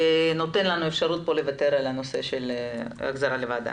נותן לנו אפשרות לוותר על הנושא של החזרה לוועדה.